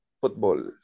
football